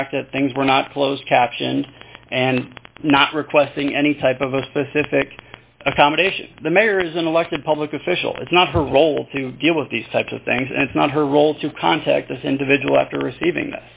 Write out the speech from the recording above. fact that things were not closed captioned and not requesting any type of a specific accommodation the mayor is an elected public official it's not her role to deal with these types of things and it's not her role to contact this individual after receiving